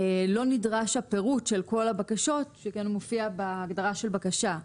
לא נדרש הפירוט של כל הבקשות שכן הוא מופיע בהגדרה של בקשה.